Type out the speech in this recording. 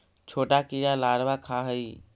छोटा कीड़ा लारवा खाऽ हइ